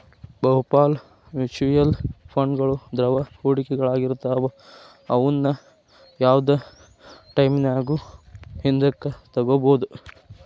ಬಹುಪಾಲ ಮ್ಯೂಚುಯಲ್ ಫಂಡ್ಗಳು ದ್ರವ ಹೂಡಿಕೆಗಳಾಗಿರ್ತವ ಅವುನ್ನ ಯಾವ್ದ್ ಟೈಮಿನ್ಯಾಗು ಹಿಂದಕ ತೊಗೋಬೋದು